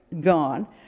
gone